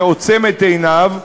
שעוצם את עיניו.